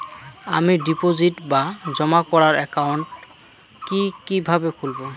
আমি ডিপোজিট বা জমা করার একাউন্ট কি কিভাবে খুলবো?